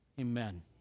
Amen